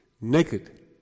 naked